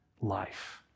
life